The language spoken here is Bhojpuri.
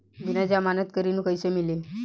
बिना जमानत के ऋण कैसे मिली?